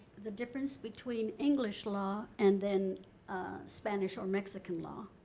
the difference between english law and then spanish or mexican law.